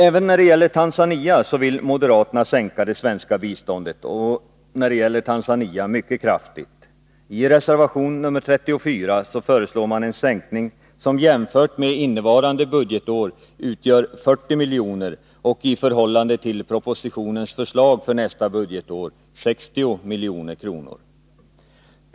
Även när det gäller Tanzania vill moderaterna minska det svenska biståndet och denna gång mycket kraftigt. I reservation 34 föreslås en sänkning som jämfört med innevarande budgetår uppgår till 40 miljoner och i förhållande till propositionens förslag för nästa budgetår 60 milj.kr.